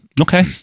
Okay